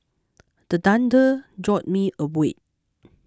the thunder jolt me awake